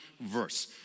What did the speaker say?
verse